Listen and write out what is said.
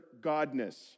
godness